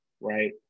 right